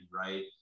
right